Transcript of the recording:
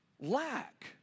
lack